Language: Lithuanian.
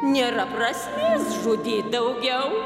nėra prasmės žudyt daugiau